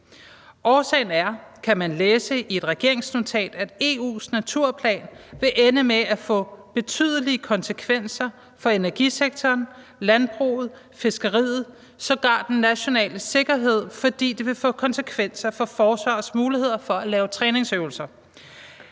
regeringsnotat, at EU's naturplan vil ende med at få betydelige konsekvenser for energisektoren, landbruget, fiskeriet og sågar den nationale sikkerhed, fordi den vil få konsekvenser for forsvarets muligheder for at lave træningsøvelser.